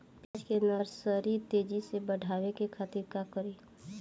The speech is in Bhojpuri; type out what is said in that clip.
प्याज के नर्सरी तेजी से बढ़ावे के खातिर का करी?